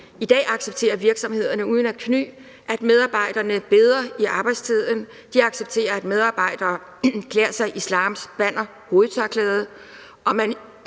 I dag accepterer virksomhederne uden at kny, at medarbejderne beder i arbejdstiden; de accepterer, at medarbejdere iklæder sig islams banner hovedtørklædet